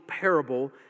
parable